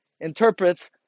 interprets